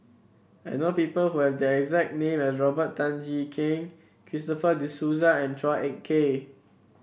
I know people who have the exact name as Robert Tan Jee Keng Christopher De Souza and Chua Ek Kay